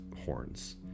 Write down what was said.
horns